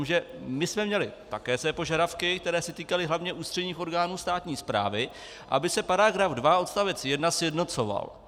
Jenomže my jsme měli také své požadavky, které se týkaly hlavně ústředních orgánů státní správy, aby se § 2 odst. 1 sjednocoval.